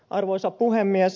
arvoisa puhemies